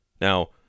Now